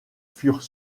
furent